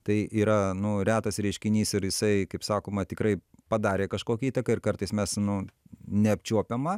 tai yra nu retas reiškinys ir jisai kaip sakoma tikrai padarė kažkokią įtaką ir kartais mes nu neapčiuopiamą